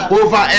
over